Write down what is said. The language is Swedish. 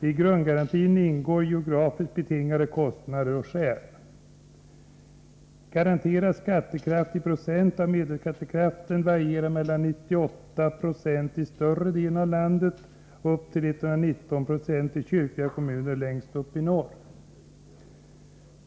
I grundgarantin ingår geografiskt betingade kostnader och skäl. Garanterad skattekraft i procent av medelskattekraften varierar mellan 98 i större delen av landet och upp till 119 längst upp i norr.